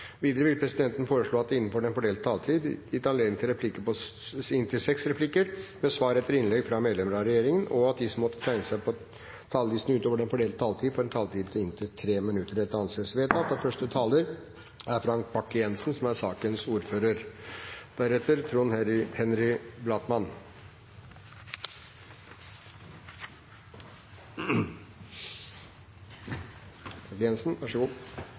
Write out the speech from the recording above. Videre vil presidenten foreslå at det blir gitt anledning til replikkordskifte på inntil seks replikker med svar etter innlegg av hovedtalerne fra hver partigruppe og medlemmer av regjeringen innenfor den fordelte taletid. Videre blir det foreslått at de som måtte tegne seg på talerlisten utover den fordelte taletid, får en taletid på inntil 3 minutter. – Det anses vedtatt. Vi hadde en god oppvarming i forrige sak, og siden den gikk unna såpass raskt, har vi god